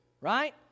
right